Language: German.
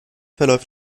verläuft